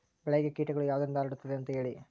ಬೆಳೆಗೆ ಕೇಟಗಳು ಯಾವುದರಿಂದ ಹರಡುತ್ತದೆ ಅಂತಾ ಹೇಳಿ?